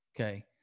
Okay